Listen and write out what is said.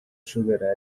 sugar